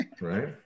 right